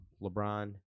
LeBron